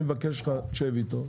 אני מבקש ממך שב אתו,